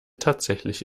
tatsächlich